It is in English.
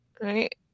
Right